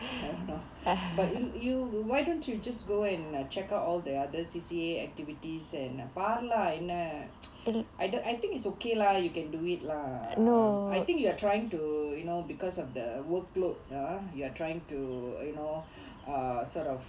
I don't know but you you why don't you just go and check out all the other C_C_A activities and பாரு:paaru lah என்ன:enna I think it's okay lah you can do it lah I think you are trying to you know because of the workload ah you are trying to you know err sort of